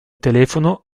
telefono